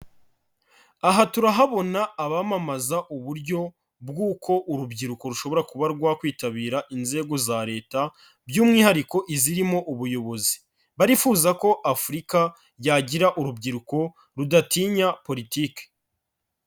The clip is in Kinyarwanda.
Aha turahabona abamamaza uburyo bw'uko urubyiruko rushobora kuba rwakwitabira inzego za Leta, by'umwihariko izirimo ubuyobozi. Barifuza ko Afurika yagira urubyiruko rudatinya politike.